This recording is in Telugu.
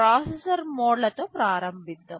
ప్రాసెసర్ మోడ్లతో ప్రారంభిద్దాం